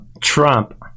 Trump